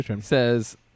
says